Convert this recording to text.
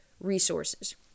resources